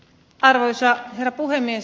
arvoisa herra puhemies